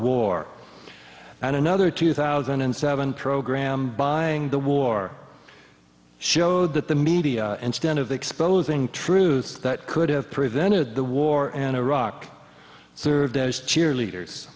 war and another two thousand and seven program buying the war showed that the media instead of exposing truths that could have prevented the war and iraq served as cheerleaders